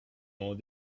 more